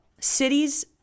cities